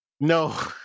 no